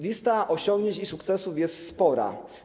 Lista osiągnięć i sukcesów jest spora.